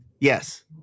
Yes